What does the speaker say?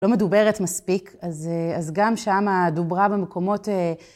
לא מדוברת מספיק, אז גם שמה דוברה במקומות...